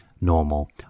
normal